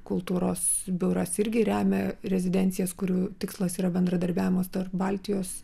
kultūros biuras irgi remia rezidencijas kurių tikslas yra bendradarbiavimas tarp baltijos